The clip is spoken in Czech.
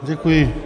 Děkuji.